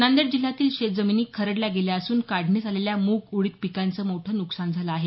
नांदेड जिल्ह्यातील शेतजमीनी खरडल्या गेल्या असून काढणीस आलेल्या मूग उडीद पिकांचं मोठ नुकसान झालं आहे